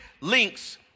links